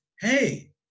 Hey